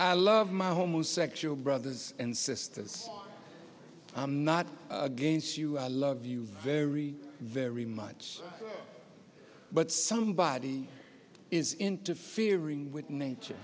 i love my homosexual brothers and sisters i'm not against you i love you very very much but somebody is interfering with nature